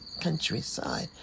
countryside